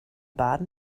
baden